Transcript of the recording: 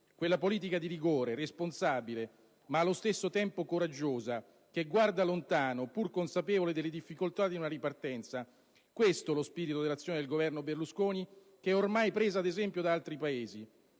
Quella politica di rigore, responsabile, ma allo stesso tempo coraggiosa, che guarda lontano pur consapevole delle difficoltà di una ripartenza. Questo è lo spirito dell'azione del Governo Berlusconi, che è ormai presa ad esempio da altri Paesi.